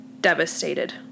devastated